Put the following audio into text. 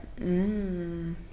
Mmm